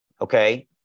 Okay